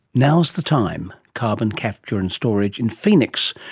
now is the time. carbon capture and storage in phoenix,